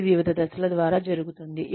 ఇది వివిధ దశల ద్వారా జరుగుతుంది